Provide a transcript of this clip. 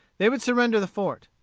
they would surrender the fort.